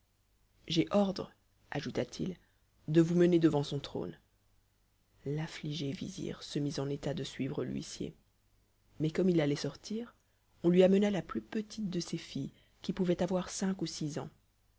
j'ai ordre ajouta-t-il de vous mener devant son trône l'affligé vizir se mis en état de suivre l'huissier mais comme il allait sortir on lui amena la plus petite de ses filles qui pouvait avoir cinq ou six ans